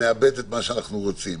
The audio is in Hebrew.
נאבד את מה שאנחנו רוצים.